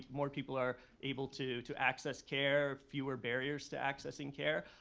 more people are able to to access care, fewer barriers to accessing care.